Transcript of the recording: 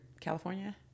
California